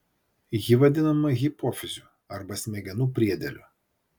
ji vadinama hipofiziu arba smegenų priedėliu